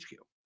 HQ